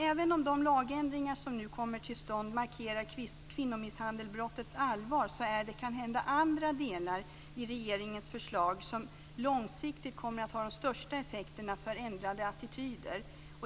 Även om de lagändringar som nu kommer till stånd markerar kvinnomisshandelsbrottets allvar är det kanhända andra delar i regeringens förslag som långsiktigt kommer att ha de största effekterna för ändrade attityder.